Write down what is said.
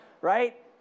Right